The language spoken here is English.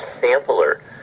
sampler